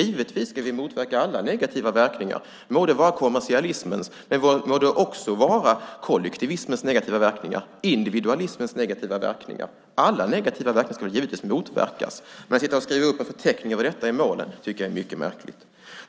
Givetvis ska vi motverka alla negativa verkningar, må de vara kommersialismens, kollektivismens eller individualismens negativa verkningar. Alla negativa verkningar ska givetvis motverkas. Men att sitta och skriva upp en förteckning över detta i målen är märkligt.